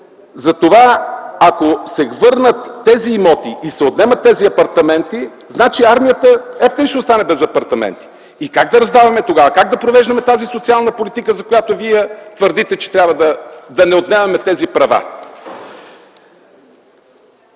темата. Ако се върнат тези имоти и се отнемат тези апартаменти, значи армията хептен ще остане без апартаменти. Как да раздаваме тогава? Как да провеждаме тази социална политика, за която твърдите, че не трябва да се отнемат тези права?